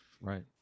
Right